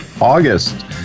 August